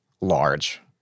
large